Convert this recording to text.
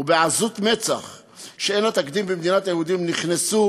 ובעזות מצח שאין לה תקדים במדינת היהודים נכנסו